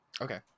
okay